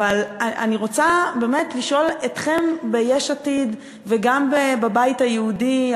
אני רוצה לשאול אתכם ביש עתיד וגם בבית היהודי,